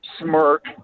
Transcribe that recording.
smirk